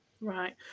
Right